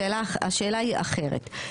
השאלה היא אחרת,